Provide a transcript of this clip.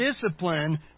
discipline